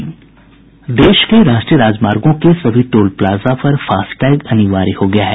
देश के राष्ट्रीय राजमार्गों के सभी टोल प्लाजा पर फास्टैग अनिवार्य हो गया है